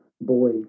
boy